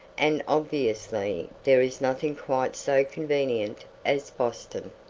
and obviously there is nothing quite so convenient as boston.